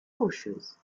rocheuses